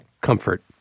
comfort